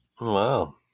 Wow